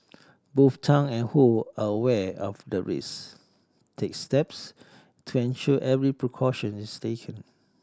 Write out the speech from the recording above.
both Tang and Ho are aware of the risk take steps to ensure every precaution is taken